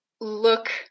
look